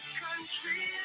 country